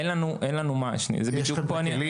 יש לכם כלים?